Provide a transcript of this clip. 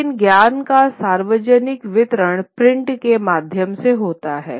लेकिन ज्ञान का सार्वजनिक वितरण प्रिंट के माध्यम से होता है